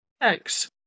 Thanks